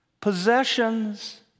possessions